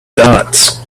dots